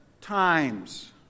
times